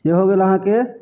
से हो गेल अहाँके